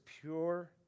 pure